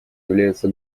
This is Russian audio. является